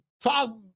talk